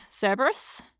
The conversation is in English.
Cerberus